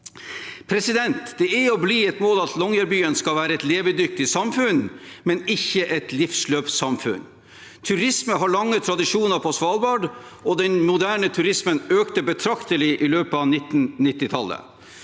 Kulkompani. Det er og blir et mål at Longyearbyen skal være et levedyktig samfunn, men ikke et livsløpssamfunn. Turisme har lange tradisjoner på Svalbard, og den moderne turismen økte betraktelig i løpet av 1990-årene.